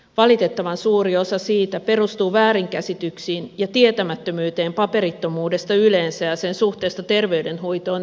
valitettavan suuri osa siitä perustuu väärinkäsityksiin ja tietämättömyyteen paperittomuudesta yleensä ja sen suhteesta terveydenhoitoon erityisesti